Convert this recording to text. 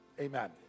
amen